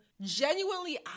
genuinely